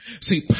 See